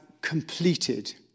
completed